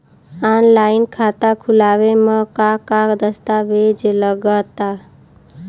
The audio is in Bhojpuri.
आनलाइन खाता खूलावे म का का दस्तावेज लगा ता?